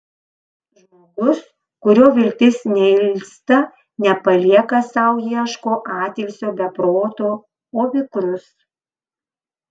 žmogus kurio viltis neilsta nepalieka sau ieško atilsio be proto o vikrus